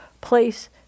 place